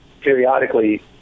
periodically